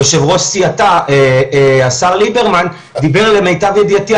אופציה לתחבורה ציבורית.